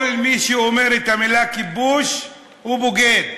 כל מי שאומר את המילה כיבוש הוא בוגד,